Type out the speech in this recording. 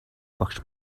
багш